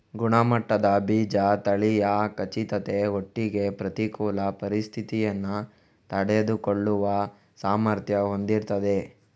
ಗುಣಮಟ್ಟದ ಬೀಜ ತಳಿಯ ಖಚಿತತೆ ಒಟ್ಟಿಗೆ ಪ್ರತಿಕೂಲ ಪರಿಸ್ಥಿತಿಯನ್ನ ತಡೆದುಕೊಳ್ಳುವ ಸಾಮರ್ಥ್ಯ ಹೊಂದಿರ್ತದೆ